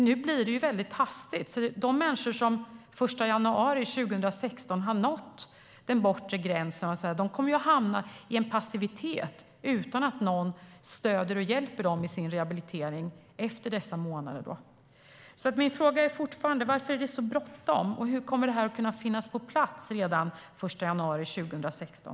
Nu blir det hastigt. De människor som den 1 januari 2016 har nått den bortre gränsen kommer att hamna i en passivitet utan att någon stöder och hjälper dem i sin rehabilitering efter dessa månader. Varför är det så bråttom? Hur kommer detta att finnas på plats redan den 1 januari 2016?